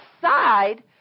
side